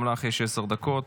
גם לך יש עשר דקות.